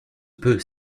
peut